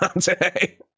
today